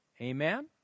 Amen